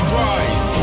rise